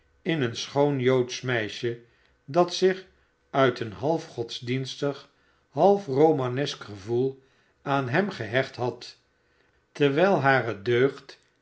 in een schoon joodsch meisje dat zich uit een half godsdienstig half romanesk gevoel aan hem gehecht had terwiji hare